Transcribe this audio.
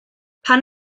pan